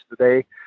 today